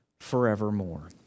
forevermore